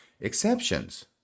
exceptions